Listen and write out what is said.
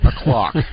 o'clock